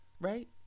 right